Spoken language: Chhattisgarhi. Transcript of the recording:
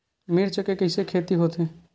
मिर्च के कइसे खेती होथे?